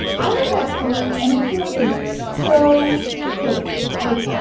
i read that story, and it sounded so fake like,